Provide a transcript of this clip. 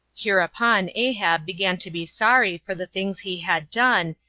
hereupon ahab began to be sorry for the things he had done,